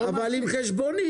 אבל עם חשבונית.